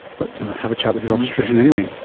but have a chat with your obstetrician anyway.